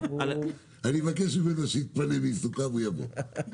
אבקש ממנו שיתפנה מעיסוקיו ויבוא לכאן.